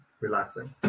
relaxing